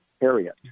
area